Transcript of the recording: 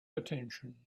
attention